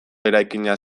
eraikina